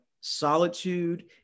solitude